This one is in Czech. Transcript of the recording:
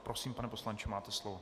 Prosím, pane poslanče, máte slovo.